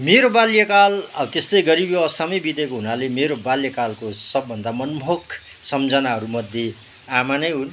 मेरो बाल्यकाल अब त्यस्तै गरी यो समय बितेको हुनाले मेरो बाल्यकालको सपभन्दा मनमोहक सम्झनाहरूमध्ये आमा नै हुन्